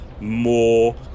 more